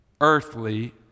earthly